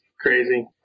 crazy